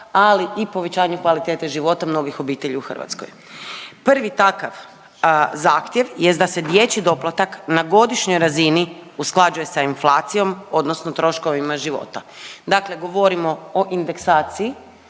ali i povećanju kvalitete života mnogih obitelji u Hrvatskoj. Prvi takav zahtjev jest da se dječji doplatak na godišnjoj razini usklađuje sa inflacijom odnosno troškovima života, dakle govorimo o indeksaciji